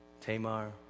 Tamar